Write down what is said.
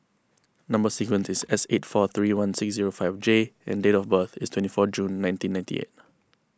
Number Sequence is S eight four three one six zero five J and date of birth is twenty four June nineteen ninety eight